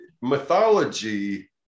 mythology